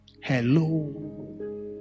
Hello